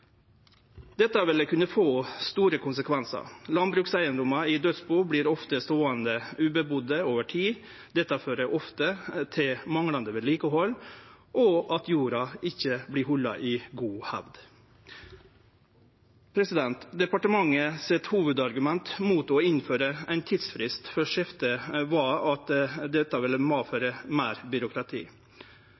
Dette vil kunne få store konsekvensar. Landbrukseigedomar i dødsbu vert ofte ståande utan at nokon bur der over tid, noko som ofte fører til manglande vedlikehald og at jorda ikkje vert halden i god hevd. Departementets hovudargument mot å innføre ein tidsfrist for skifte var at dette ville medføre meir byråkrati.